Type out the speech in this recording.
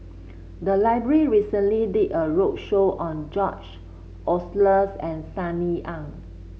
the library recently did a roadshow on George Oehlers and Sunny Ang